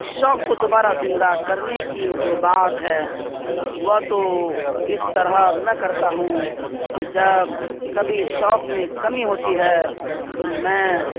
شوق کو دوبارہ زندہ کرنے کی جو بات ہے وہ تو اس طرح میں کرتا ہوں کہ جب کبھی شوق میں کمی ہوتی ہے تو میں